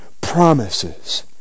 promises